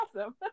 awesome